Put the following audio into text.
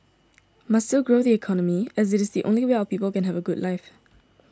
must still grow the economy as it is the only way our people can have a good life